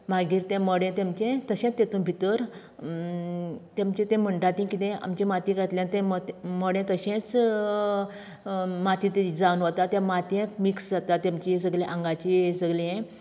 मागीर तें मडें तेंमचें तशें तेतून भितर तेंमचें तें म्हणटात किदें आमची माती घातल्यार तें मते मडें तशेंच माती तेजी जावन वता त्या मातयेंत मिक्स जाता तेंची सगल्या आंगाची सगली यें